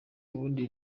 ubundi